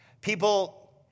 People